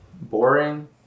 boring